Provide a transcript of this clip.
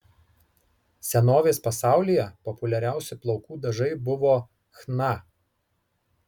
senovės pasaulyje populiariausi plaukų dažai buvo chna